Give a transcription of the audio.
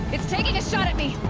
it's taking a shot at me!